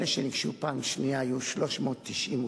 אלה שניגשו פעם שנייה, היו 398,